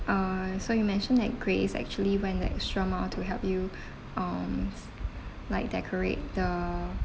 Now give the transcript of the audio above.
uh so you mentioned that grace actually went the extra mile to help you um like decorate the